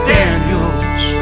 Daniels